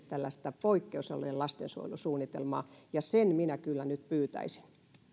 tällaista poikkeusolojen lastensuojelusuunnitelmaa ja sen minä kyllä nyt pyytäisin